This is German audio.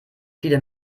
viele